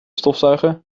stofzuigen